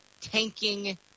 tanking